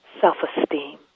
self-esteem